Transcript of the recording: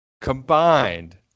combined